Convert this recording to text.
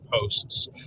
posts